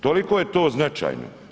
Toliko je to značajno.